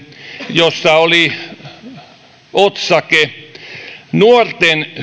jossa oli otsake nuorten